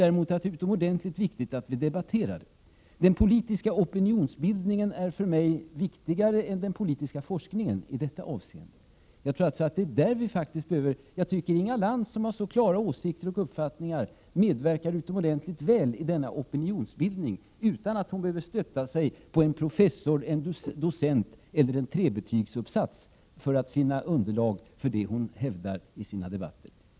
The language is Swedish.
Däremot är det utomordentligt viktigt att vi debatterar saken. Den politiska opinionsbildningen är för mig viktigare än den politiska forskningen i detta avseende. Jag tycker att Inga Lantz, som har så klara åsikter och uppfattningar, medverkar utomordentligt väl i denna opinionsbildning utan att hon behöver stötta sig på en professor, en docent eller en trebetygsuppsats för att finna underlag för det hon hävdar i sina debatter.